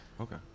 Okay